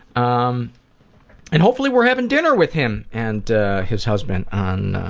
um and hopefully we're having dinner with him and his husband on